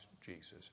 Jesus